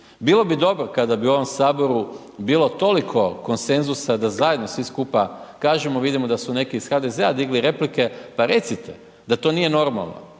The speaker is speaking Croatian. Bilo bi dobro kada bi u ovom saboru bilo toliko konsenzusa da zajedno svi skupa kažemo, vidimo da su neki ih HDZ-a digli replike, pa recite da to nije normalno,